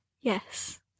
yes